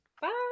Bye